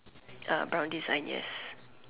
uh brown design yes